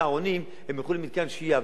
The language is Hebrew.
ומ"סהרונים" הם ילכו למתקן שהייה.